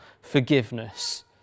forgiveness